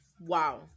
Wow